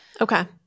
Okay